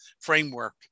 framework